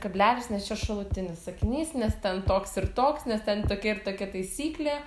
kablelis nes čia šalutinis sakinys nes ten toks ir toks nes ten tokia ir tokia taisyklė